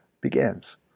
begins